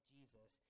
Jesus